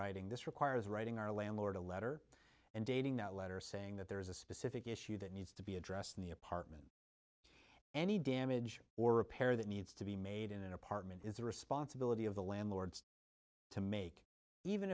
writing this requires writing our landlord a letter and dating that letter saying that there is a specific issue that needs to be addressed in the apartment any damage or repair that needs to be made in an apartment is the responsibility of the landlords to make even